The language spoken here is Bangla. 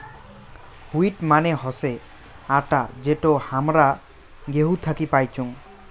হুইট মানে হসে আটা যেটো হামরা গেহু থাকি পাইচুং